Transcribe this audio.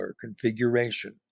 configuration